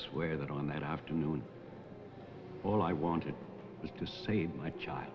swear that on that afternoon all i wanted to save my child